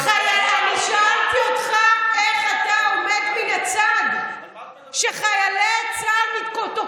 שאלתי אותך איך אתה עומד מן הצד כשתוקפים חיילי צה"ל.